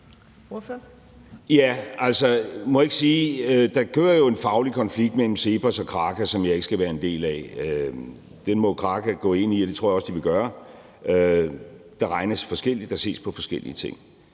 jo kører en faglig konflikt mellem CEPOS og Kraka, som jeg ikke skal være en del af. Den må Kraka gå ind i, og det tror jeg også de vil gøre. Der regnes forskelligt, og der ses på forskellige ting.